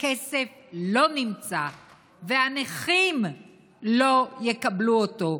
הכסף לא נמצא, והנכים לא יקבלו אותו.